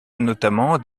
notamment